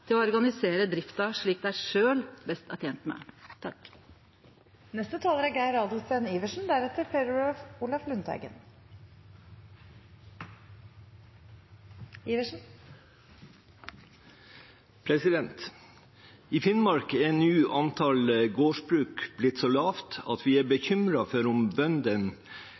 til å organisere drifta slik han eller ho sjølv best er tent med. I Finnmark er antallet gårdsbruk nå blitt så lavt at vi er bekymret for om bøndene